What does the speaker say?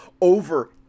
Over